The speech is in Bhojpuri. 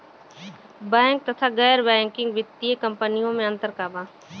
बैंक तथा गैर बैंकिग वित्तीय कम्पनीयो मे अन्तर का बा?